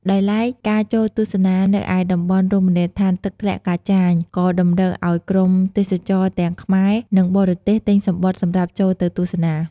ដោយឡែកការចូលទស្សនានៅឯតំបន់រមណីយដ្ឋានទឹកធ្លាក់កាចាញក៏តម្រូវឲ្យក្រុមទេសចរទាំងខ្មែរ និងបរទេសទិញសំបុត្រសម្រាប់ចូលទៅទស្សនា។